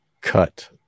cut